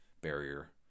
barrier